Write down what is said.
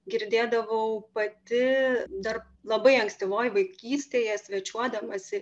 girdėdavau pati dar labai ankstyvoj vaikystėje svečiuodamasi